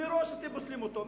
מראש אתם פוסלים אותו,